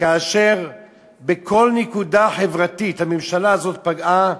כאשר בכל נקודה חברתית הממשלה הזאת פגעה,